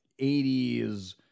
80s